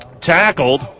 tackled